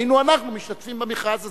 היינו אנחנו משתתפים במכרז הזה.